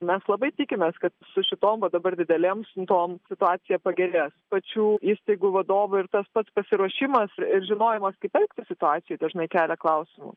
mes labai tikimės kad su šitom va dabar didelėm siuntom situacija pagerės pačių įstaigų vadovai ir tas pats pasiruošimas ir žinojimas kaip elgtis situacijoj dažnai kelia klausimų